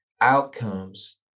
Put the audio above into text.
outcomes